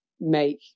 make